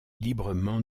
librement